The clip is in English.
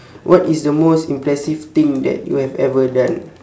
what is the most impressive thing that you have ever done